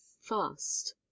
fast